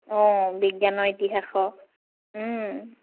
অঁ বিজ্ঞানৰ ইতিহাসৰ